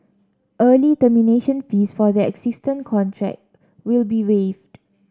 early termination fees for their existing contract will be waived